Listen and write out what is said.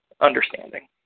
understanding